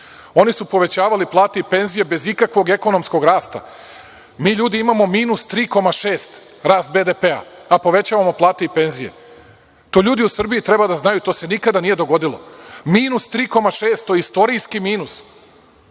Oni su povećavali plate i penzije bez ikakvog ekonomskog rasta. Mi, ljudi, imamo minus 3,6 rast BDP-a, a povećavamo plate i penzije. To ljudi u Srbiji treba da znaju, to se nikada nije dogodilo. Minus 3,6. To je istorijski minus.